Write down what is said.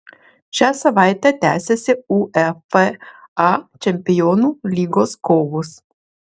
šią savaitę tęsiasi uefa čempionų lygos kovos